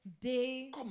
day